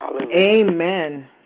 Amen